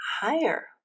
higher